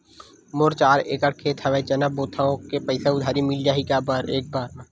मोर चार एकड़ खेत हवे चना बोथव के पईसा उधारी मिल जाही एक बार मा?